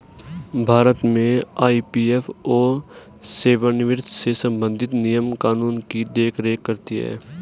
भारत में ई.पी.एफ.ओ सेवानिवृत्त से संबंधित नियम कानून की देख रेख करती हैं